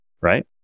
right